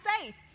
faith